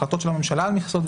החלטות של הממשלה על מכסות,